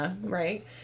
right